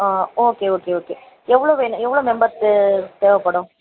okay okay okay எவ்வளோ வேணும் எவ்வளோ மெம்பர்ஸ்க்கு தேவைப்படும்